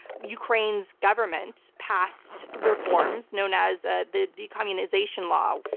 ukraine's government past reforms known as ah the decommunization law,